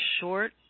short